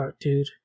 dude